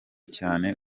cyane